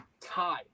tie